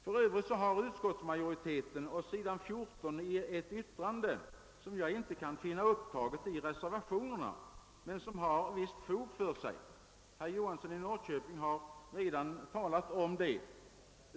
För övrigt gör utskoitets majoritet på s. 14 ett uttalande som jag inte kan finna är upptaget i reservationerna men som har visst fog för sig. Herr Johansson i Norrköping har redan berört det.